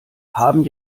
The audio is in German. haben